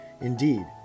Indeed